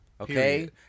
Okay